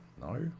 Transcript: No